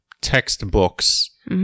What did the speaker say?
textbooks